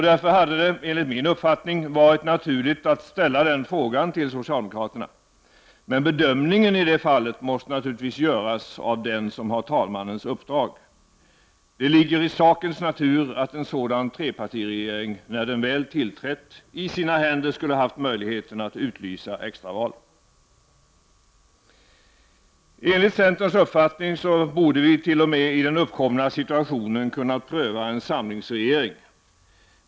Därför hade det, enligt min uppfattning, varit naturligt att ställa den frågan till socialdemokraterna. Men bedömningen i det fallet måste naturligtvis göras av den som har talmannens uppdrag. Det ligger i sakens natur att en sådan trepartiregering, när den väl tillträtt, i sina händer skulle haft möjligheten att utlysa extraval. Enligt centerns uppfattning borde vi i den uppkomna situationen t.o.m. ha kunnat pröva en samlingsregering.